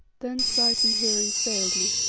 then sight and hearing failed me,